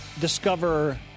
discover